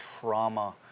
trauma